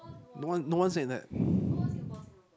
no one no one said that